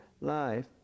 life